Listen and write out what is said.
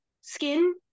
skin